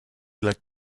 let